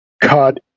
cut